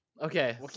okay